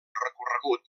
recorregut